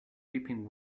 weeping